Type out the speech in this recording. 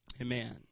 Amen